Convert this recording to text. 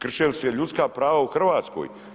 Krše li se ljudska prava u Hrvatskoj?